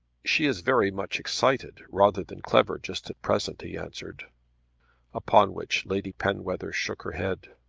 she is very much excited rather than clever just at present, he answered upon which lady penwether shook her head.